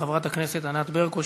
חברת הכנסת ענת ברקו,